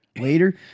later